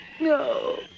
No